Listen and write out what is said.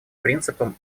принципам